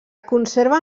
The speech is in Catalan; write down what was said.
conserva